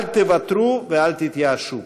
אל תוותרו ואל תתייאשו.